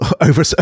over